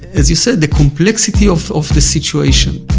as you said, the complexity of of the situation